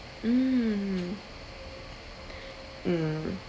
mm mm